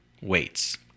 weights